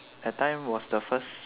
that time was the first